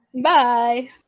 Bye